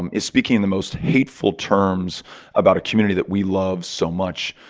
um is speaking in the most hateful terms about a community that we love so much.